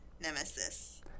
nemesis